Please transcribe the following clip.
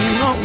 no